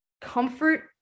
comfort